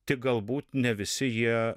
tik galbūt ne visi jie